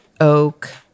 oak